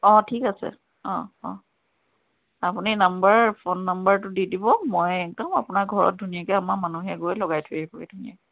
অ ঠিক আছে অ অ আপুনি নম্বৰ ফ'ন নম্বৰটো দি দিব মই একদম আপোনাৰ ঘৰত ধুনীয়াকৈ আমাৰ মানুহে গৈ লগাই থৈ আহিবগৈ ধুনীয়াকৈ